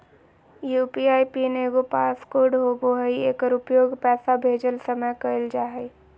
UPI pin एगो passcode होबो हइ एकर उपयोग पैसा भेजय समय कइल जा हइ